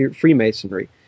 Freemasonry